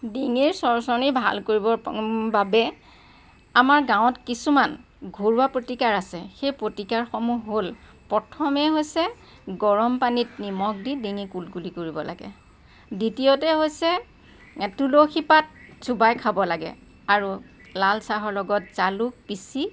ডিঙিৰ চৰচৰনি ভাল কৰিবৰ বাবে আমাৰ গাঁৱত কিছুমান ঘৰুৱা প্ৰতিকাৰ আছে সেই প্ৰতিকাৰসমূহ হ'ল প্ৰথমে হৈছে গৰম পানীত নিমখ দি ডিঙি কুলকুলি কৰিব লাগে দ্বিতীয়তে হৈছে তুলসী পাত চোবাই খাব লাগে আৰু লাল চাহৰ লগত জালুক পিচি